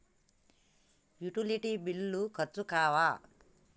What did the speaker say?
Utility బిల్లులు ఖర్చు కావా?